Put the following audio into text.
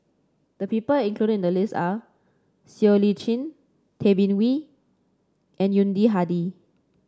the people included in the list are Siow Lee Chin Tay Bin Wee and Yuni Hadi